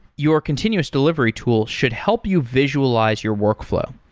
your continuous delivery tool should help you visualize your workflow.